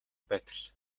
байтал